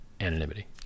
anonymity